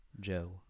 Joe